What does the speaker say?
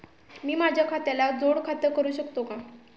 मी माझ्या खात्याला जोड खाते करू शकतो का?